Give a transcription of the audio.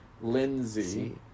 Lindsay